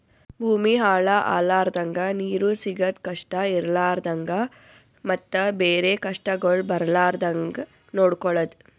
ಭೂಮಿ ಹಾಳ ಆಲರ್ದಂಗ, ನೀರು ಸಿಗದ್ ಕಷ್ಟ ಇರಲಾರದಂಗ ಮತ್ತ ಬೇರೆ ಕಷ್ಟಗೊಳ್ ಬರ್ಲಾರ್ದಂಗ್ ನೊಡ್ಕೊಳದ್